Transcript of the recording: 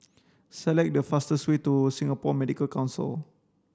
select the fastest way to Singapore Medical Council